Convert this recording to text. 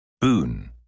Boon